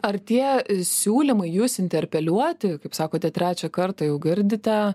ar tie siūlymai jūs interpeliuoti kaip sakote trečią kartą jau girdite